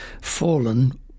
fallen